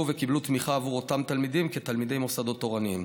וקיבלו תמיכה עבור אותם תלמידים כתלמידי מוסדות תורניים.